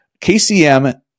KCM